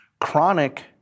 Chronic